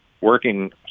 working